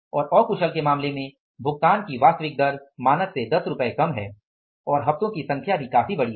और अकुशल के मामले में भुगतान की वास्तविक दर मानक से 10 रुपये कम है और हफ्तों की संख्या भी काफी बड़ी है